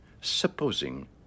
Supposing